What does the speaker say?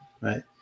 Right